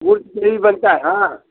गुड़ की जलेबी बनता है हाँ